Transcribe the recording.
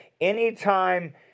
Anytime